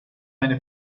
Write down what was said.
eine